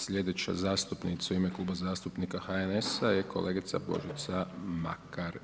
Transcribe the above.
Sljedeća zastupnica u ime Kluba zastupnika HNS-a je kolegica Božica Makar.